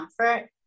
comfort